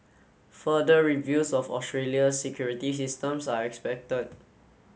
further reviews of Australia's security systems are expected